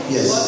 Yes